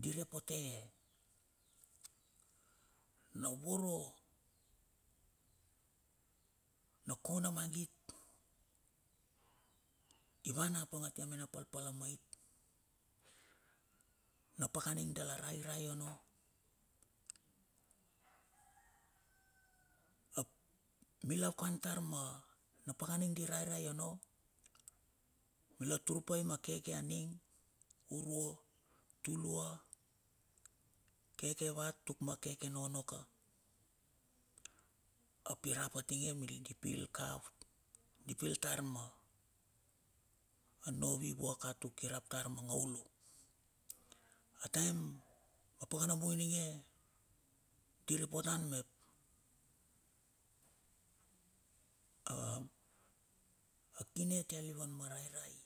di re poteie na voro na kona mangit ivan apang ia mena palpala mait na pakana dala rairai onno ap mila wan tar ma pakana ining di rairai onno mila tur pai ma keke aing urua tulua keke wat tuk keke nono ka ap irap atinge di pil ka. di pil tarma novi vuaka tuk i rap tuk ma ngaulu ataim apakanabung ininge di re potan mep a akine atia liliva ma rairai